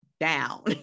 down